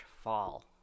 fall